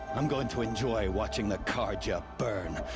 i'm going to enjoy watching the carja burn.